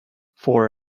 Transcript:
four